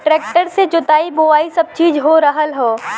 tractor से जोताई बोवाई सब चीज हो रहल हौ